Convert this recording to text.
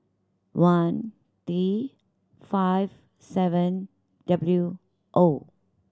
one T five seven W O